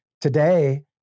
today